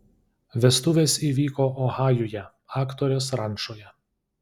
vestuvės įvyko ohajuje aktorės rančoje